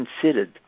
considered